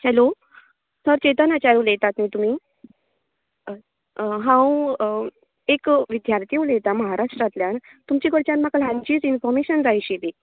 hello sir Chetan Acharya उलयतात न्ही तुमी हांव एक विद्यार्थी उलयता माहाराष्ट्रांतल्यान तुमचे कडच्यान म्हाका ल्हानशी इनफॉमेशन जाय आशिल्ली